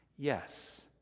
Yes